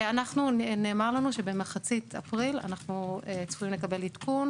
נאמר לנו שבמחצית אפריל אנחנו צפויים לקבל עדכון